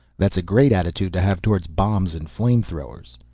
that's a great attitude to have towards bombs and flame-throwers.